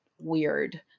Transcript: weird